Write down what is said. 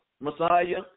Messiah